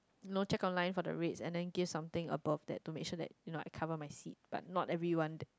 you know check online for the rates and then give something above that donation that you know like cover my seat but not everyone that